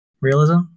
realism